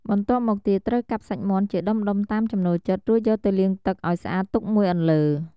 បន្ទាប់មកទៀតត្រូវកាប់សាច់មាន់ជាដុំៗតាមចំណូលចិត្ត រួចយកទៅលាងទឹកឱ្យស្អាតទុកមួយអន្លើ។